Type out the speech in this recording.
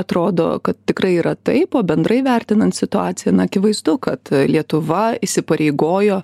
atrodo kad tikrai yra taip o bendrai vertinant situaciją na akivaizdu kad lietuva įsipareigojo